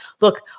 Look